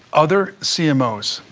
other cmos,